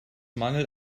mangel